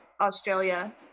Australia